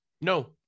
No